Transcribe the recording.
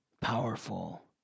powerful